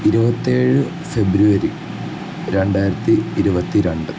ഇരുപത്തേഴ് ഫെബ്രുവരി രണ്ടായിരത്തി ഇരുപത്തി രണ്ട്